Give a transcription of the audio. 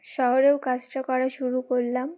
শহরেও কাজটা করা শুরু করলাম